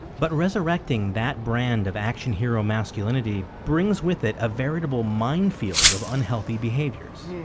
but resurrecting that brand of action hero masculinity brings with it a veritable minefield of unhealthy behaviors